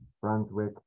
Brunswick